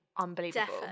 Unbelievable